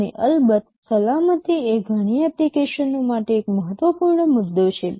અને અલબત્ત સલામતી એ ઘણી એપ્લિકેશનો માટે એક મહત્વપૂર્ણ મુદ્દો છે